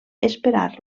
esperar